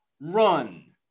run